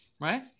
right